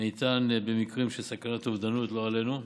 הניתן במקרים של סכנת אובדנות, לא עלינו.